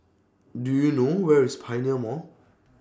Do YOU know Where IS Pioneer Mall